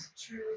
true